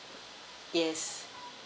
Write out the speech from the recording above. yes